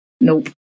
Nope